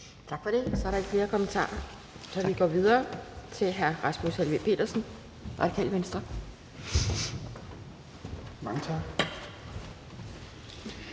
Tak for det. Så er der ikke flere kommentarer. Vi går videre til hr. Rasmus Helveg Petersen, Radikale Venstre. Kl.